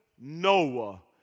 Noah